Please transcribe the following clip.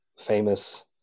famous